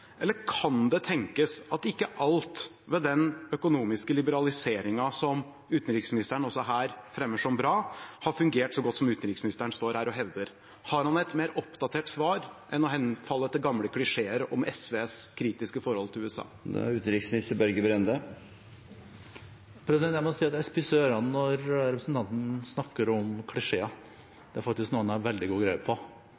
Eller kan det tenkes at ikke alt ved den økonomiske liberaliseringen, som utenriksministeren også her fremmer som bra, har fungert så godt som utenriksministeren står her og hevder? Har han et mer oppdatert svar enn å henfalle til gamle klisjeer om SVs kritiske forhold til USA? Jeg må si at jeg spisser ørene når representanten snakker om